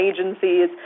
agencies